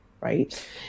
Right